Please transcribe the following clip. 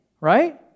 right